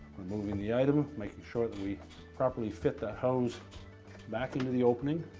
removing the item making sure that we properly fit that hose back into the opening.